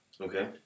Okay